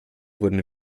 wurden